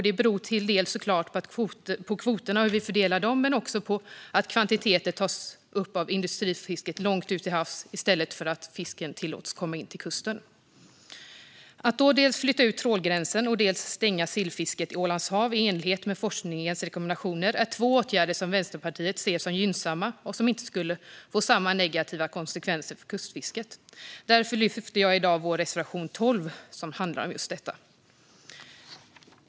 Det beror såklart till viss del på kvoterna och hur vi fördelar dem, men det beror också på att stora kvantiteter tas upp av industrifisket långt ut till havs i stället för att fisken tillåts komma in till kusten. Att dels flytta ut trålgränsen och dels stänga sillfisket i Ålands hav i enlighet med forskningens rekommendationer är två åtgärder som Vänsterpartiet ser som gynnsamma och som inte skulle få samma negativa konsekvenser för kustfisket. Därför yrkar jag bifall till vår reservation 12, som handlar om just detta.